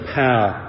power